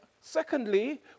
secondly